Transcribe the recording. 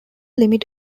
limit